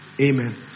Amen